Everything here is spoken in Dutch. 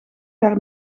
haar